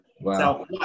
Wow